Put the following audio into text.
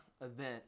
event